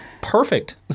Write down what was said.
perfect